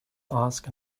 ask